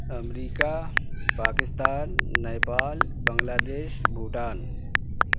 America Pakistan Nepal Bangladesh Bhutan